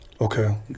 Okay